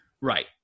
Right